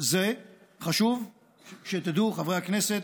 זה חשוב שתדעו, חברי הכנסת,